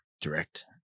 direct